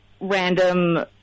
random